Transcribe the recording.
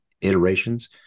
iterations